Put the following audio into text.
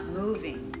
moving